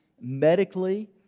medically